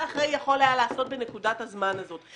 אחראי היה יכול לעשות בנקודת הזמן הזאת.